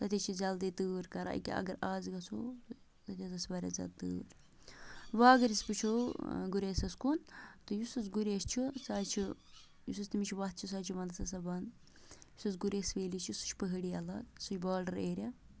تَتہِ حظ چھِ جلدی تۭر کَران یہِ کہِ اگر آز گَژھو تَتہِ حظ آسہِ واریاہ زیادٕ تۭر وَ اَگر أسۍ وٕچھو گُریسَس کُن تہٕ یُس حظ گُریش چھُ سُہ حظ چھُ یُس حظ تٔمِچ وَتھ چھِ سُہ حظ چھِ وَنٛدَس آسان بنٛد یُس حظ گُریس ویلی چھِ سُہ چھِ پہٲڑی علاقہٕ سُہ چھُ بالڈَر ایریا